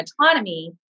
autonomy